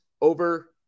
over